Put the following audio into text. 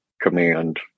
command